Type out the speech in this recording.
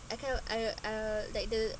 I kind of like uh like the